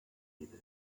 llibre